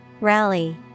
Rally